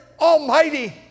almighty